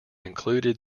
included